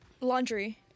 laundry